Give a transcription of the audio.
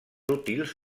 útils